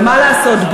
ומה לעשות,